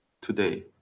today